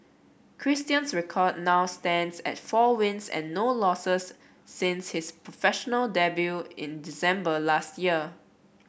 Christian's record now stands at four wins and no losses since his professional debut in December last year